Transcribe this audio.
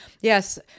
yes